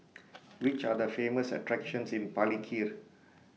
Which Are The Famous attractions in Palikir